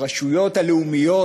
הרשויות הלאומיות,